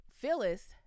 Phyllis